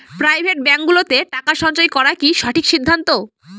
Private ব্যাঙ্কগুলোতে টাকা সঞ্চয় করা কি সঠিক সিদ্ধান্ত?